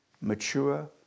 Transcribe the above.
mature